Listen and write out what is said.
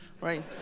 right